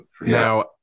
now